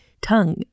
tongue